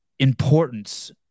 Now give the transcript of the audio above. importance